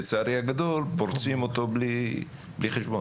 לצערי הגדול פורצים אותו בלי חשבון.